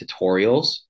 tutorials